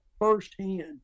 firsthand